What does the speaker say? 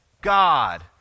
God